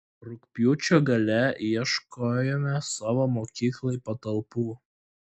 rugpjūčio gale ieškojome savo mokyklai patalpų